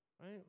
right